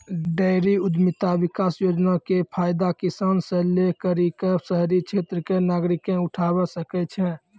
dairy उद्यमिता विकास योजना के फायदा किसान से लै करि क शहरी क्षेत्र के नागरिकें उठावै सकै छै